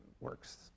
works